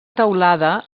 teulada